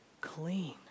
clean